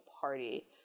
party